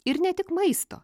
ir ne tik maisto